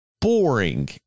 boring